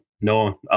no